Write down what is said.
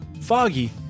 Foggy